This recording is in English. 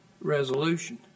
resolution